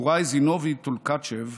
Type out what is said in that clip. טוראי זינובי טולקאצ'ב,